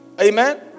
Amen